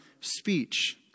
speech